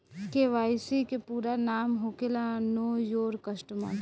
KYC के पूरा नाम होखेला नो योर कस्टमर